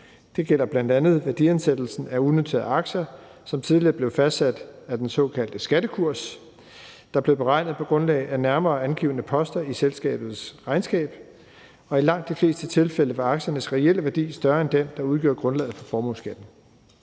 Det gælder bl.a. værdiansættelsen af unoterede aktier, som tidligere blev fastsat af den såkaldte skattekurs, der blev beregnet på grundlag af nærmere angivne poster i selskabets regnskab, og i langt de fleste tilfælde var aktiernes reelle værdi større end den, der udgjorde grundlaget for formueskatten.